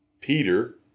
Peter